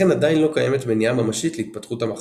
סכיזופרניהולכן עדיין לא קיימת מניעה ממשית להתפתחות המחלה.